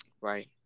Right